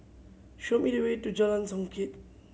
show me the way to Jalan Songket